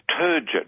turgid